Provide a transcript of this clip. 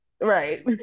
Right